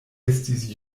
estis